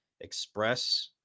express